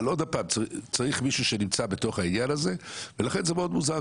אבל צריך מישהו שנמצא בתוך העניין הזה ולכן זה מאוד מוזר,